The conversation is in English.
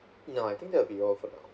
no I think that will be all for now